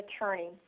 attorney